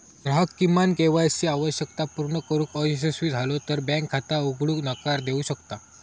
ग्राहक किमान K Y C आवश्यकता पूर्ण करुक अयशस्वी झालो तर बँक खाता उघडूक नकार देऊ शकता